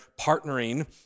partnering